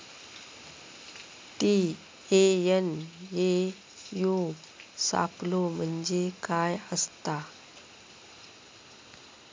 TNAU सापलो म्हणजे काय असतां?